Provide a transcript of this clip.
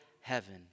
heaven